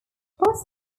but